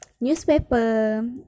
newspaper